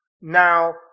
Now